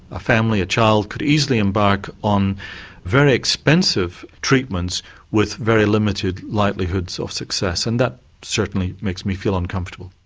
a family, a child, could easily embark on very expensive treatments with very limited likelihoods of success. and that certainly makes me feel uncomfortable.